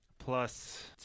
plus